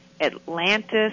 Atlantis